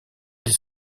des